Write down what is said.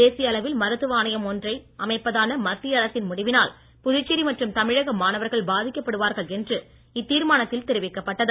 தேசிய அளவில் மருத்துவ ஆணையம் ஒன்றை அமைப்பதான மத்திய அரசின் முடிவினால் புதுச்சேரி மற்றும் தமிழக மாணவர்கள் பாதிக்கப்படுவார்கள் என்று இத்தீர்மானத்தில் தெரிவிக்கப்பட்டது